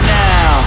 now